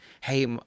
hey